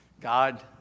God